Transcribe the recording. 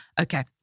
Okay